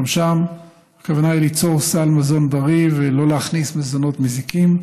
גם שם הכוונה היא ליצור סל מזון בריא ולא להכניס מזונות מזיקים,